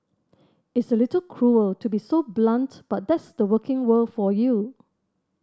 it's a little cruel to be so blunt but that's the working world for you